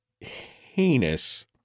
heinous